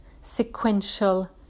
sequential